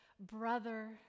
Brother